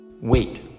Wait